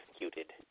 executed